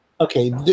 Okay